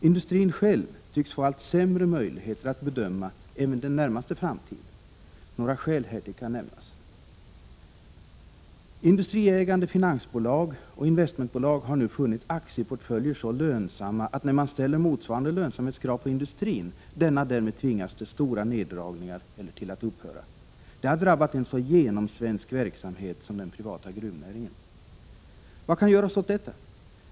Industrin själv tycks få allt sämre möjlighe ter att bedöma även den närmaste framtiden. Några skäl härtill kan nämnas. Industriägande finansbolag och investmentbolag har nu funnit att aktieportföljer är så lönsamma, att när motsvarande lönsamhetskrav ställs på industrin tvingas denna därmed till stora neddragningar eller till att upphöra. Det har drabbat en så genomsvensk verksamhet som den privata gruvnäringen. Vad kan göras åt detta?